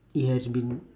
it has been